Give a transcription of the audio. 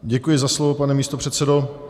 Děkuji za slovo, pane místopředsedo.